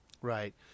Right